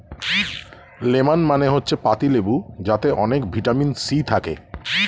lemon মানে হচ্ছে পাতিলেবু যাতে অনেক ভিটামিন সি থাকে